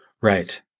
Right